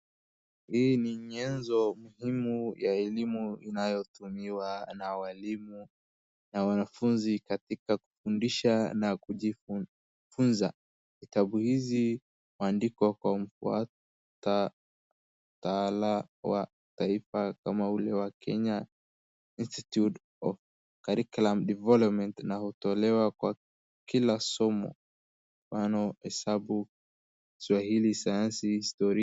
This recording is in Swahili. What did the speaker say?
Hii ni nyenzo muhimu ya elimu inayotumiwa na walimu na wanafunzi katika kufundisha na kujifunza. Vitabu hizi huandikwa kwa mtaala wa taifa kama ule wa Kenya Institute of Curriculum Development na hutolewa kwa kila somo, mfano Hesabu, Kiswahili, Sayansi, Historia.